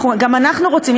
גם אנחנו רוצים,